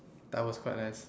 that was quite nice